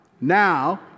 Now